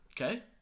Okay